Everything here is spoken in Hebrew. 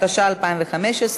התשע"ו 2015,